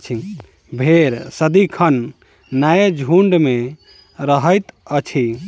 भेंड़ सदिखन नै झुंड मे रहैत अछि